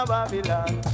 Babylon